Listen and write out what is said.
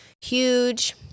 huge